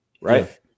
right